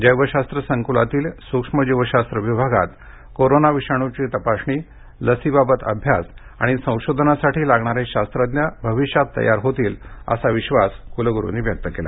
जैवशास्त्र संकुलातील सूक्ष्मजीवशास्त्र विभागात कोरोना विषाणूची तपासणी लसीसबाबत अभ्यास आणि संशोधनासाठी लागणारे शास्त्रज्ञ भविष्यात तयार होतील असा विश्वासही कुलगुरूंनी व्यक्त केला